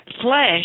flesh